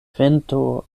vento